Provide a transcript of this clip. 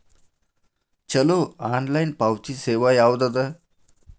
ಛಲೋ ಆನ್ಲೈನ್ ಪಾವತಿ ಸೇವಾ ಯಾವ್ದದ?